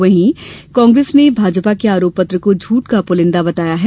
वहीं कांग्रेस ने भाजपा के आरोप पत्र को झूठ का पुलिंदा बताया है